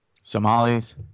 Somalis